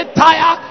tire